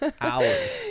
Hours